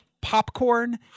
popcorn